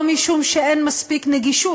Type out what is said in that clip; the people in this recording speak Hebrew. או משום שאין מספיק נגישות.